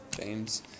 James